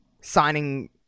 signing